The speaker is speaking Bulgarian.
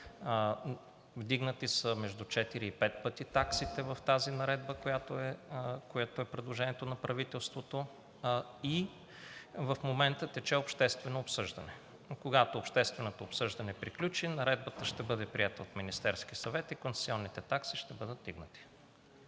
Вдигнати са между четири и пет пъти таксите в тази наредба, което е предложението на правителството, и в момента тече обществено обсъждане. Когато общественото обсъждане приключи, Наредбата ще бъде приета от Министерския съвет и концесионните такси ще бъдат вдигнати.